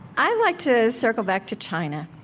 i'd like to circle back to china.